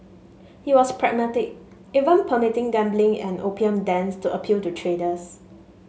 he was pragmatic even permitting gambling and opium dens to appeal to traders